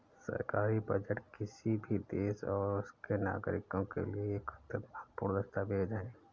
सरकारी बजट किसी भी देश और उसके नागरिकों के लिए एक अत्यंत महत्वपूर्ण दस्तावेज है